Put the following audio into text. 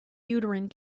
uterine